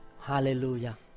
Hallelujah